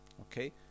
Okay